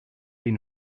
been